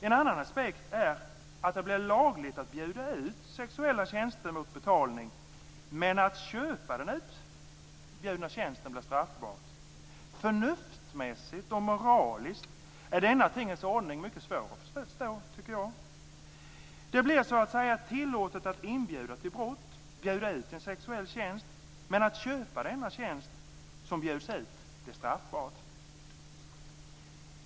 En annan aspekt är att det blir lagligt att bjuda ut sexuella tjänster mot betalning, men att köpa den utbjudna tjänsten blir straffbart. Förnuftsmässigt och moraliskt är denna tingens ordning mycket svår att förstå. Det blir så att säga tillåtet att inbjuda till brott, att bjuda ut en sexuell tjänst, men att köpa den tjänst som bjuds ut blir straffbart.